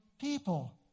people